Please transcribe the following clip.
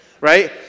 Right